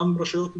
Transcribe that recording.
גם רשויות מקומיות,